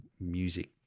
music